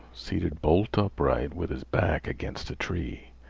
seated bolt upright, with his back against a tree.